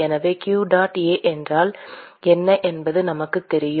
எனவே q dot A என்றால் என்ன என்பது நமக்குத் தெரியும்